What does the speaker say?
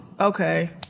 Okay